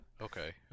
Okay